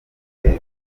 buri